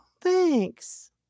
thanks